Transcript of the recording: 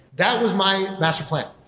that was my master plan.